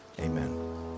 amen